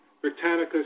Britannica